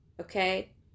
okay